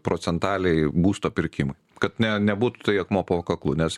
procentaliai būsto pirkimui kad ne nebūtų tai akmuo po kaklu nes